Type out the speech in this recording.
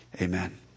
Amen